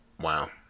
Wow